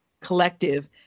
Collective